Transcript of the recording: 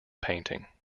painting